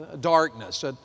darkness